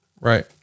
right